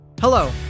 Hello